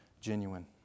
genuine